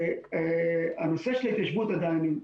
הנושא של ההתיישבות עדיין,